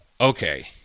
okay